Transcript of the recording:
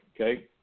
Okay